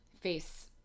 face